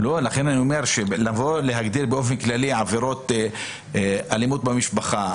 לכן אני אומר שלהגדיר באופן כללי עבירות אלימות במשפחה,